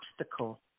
obstacle